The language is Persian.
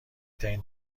ترین